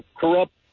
corrupt